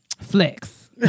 flex